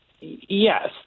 Yes